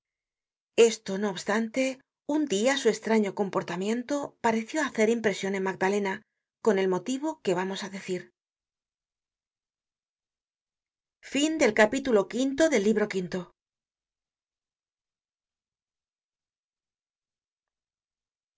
esto no obstante un dia su estraño comportamiento pareció hacer impresion en magdalena con el motivo que vamos á decir